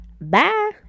Bye